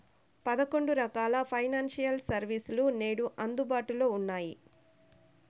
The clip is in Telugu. పదకొండు రకాల ఫైనాన్షియల్ సర్వీస్ లు నేడు అందుబాటులో ఉన్నాయి